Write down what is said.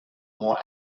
more